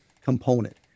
component